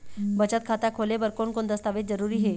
बचत खाता खोले बर कोन कोन दस्तावेज जरूरी हे?